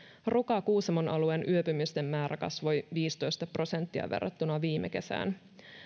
ruka kuusamon alueen yöpymisten määrä kasvoi viisitoista prosenttia verrattuna viime kesään